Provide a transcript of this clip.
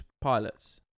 pilots